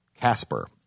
Casper